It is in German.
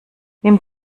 nimm